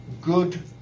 good